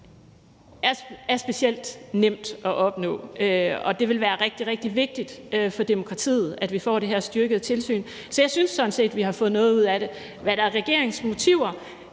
er specielt nemt at opnå, og det vil også være rigtig, rigtig vigtigt for demokratiet, at vi får det her styrkede tilsyn. Så jeg synes sådan set, vi har fået noget ud af det. Hvad der er regeringens motiver,